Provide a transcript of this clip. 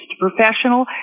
professional